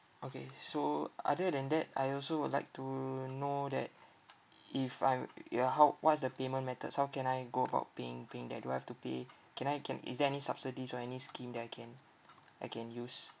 okay so other than that I also would like to know that if I'm ya how what is the payment methods how can I go about paying paying that do I have to pay can I can is there any subsidies or any scheme that I can I can use